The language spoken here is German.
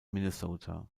minnesota